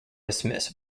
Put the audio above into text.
dismiss